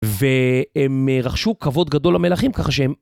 והם רכשו כבוד גדול למלכים ככה שהם...